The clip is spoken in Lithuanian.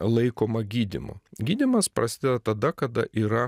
laikoma gydymu gydymas prasideda tada kada yra